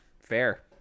Fair